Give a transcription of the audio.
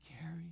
carry